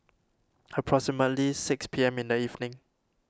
approximately six P M in the evening